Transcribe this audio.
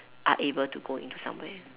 are able to go into somewhere